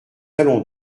allons